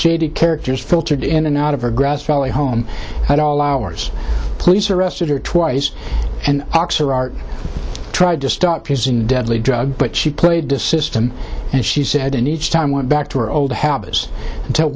shady characters filtered in and out of her grass valley home at all hours police arrested her twice and oxer art tried to stop using deadly drug but she played to system and she said and each time went back to her old habits until